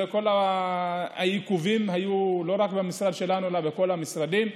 וכל העיכובים היו לא רק במשרד שלנו אלא בכל המשרדים,